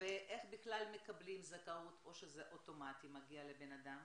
ואיך בכלל מקבלים זכאות או שזה אוטומטית מגיע לבן אדם?